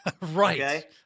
Right